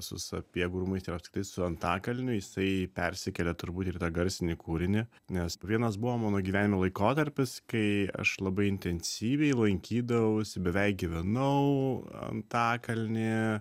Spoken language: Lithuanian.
su sapiegų rūmais ir apskritai su antakalniu jisai persikėlė turbūt ir į tą garsinį kūrinį nes vienas buvo mano gyvenime laikotarpis kai aš labai intensyviai lankydavausi beveik gyvenau antakalnyje